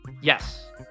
Yes